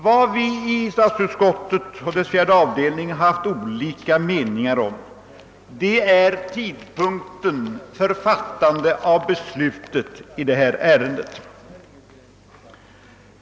Vad vi i statsutskottets fjärde avdelning haft olika meningar om är tidpunkten för beslutet i detta ärende.